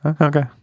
Okay